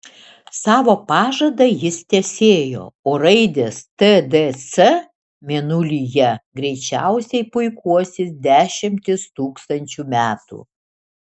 savo pažadą jis tęsėjo o raidės tdc mėnulyje greičiausiai puikuosis dešimtis tūkstančių metų